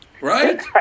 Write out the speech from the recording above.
Right